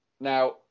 Now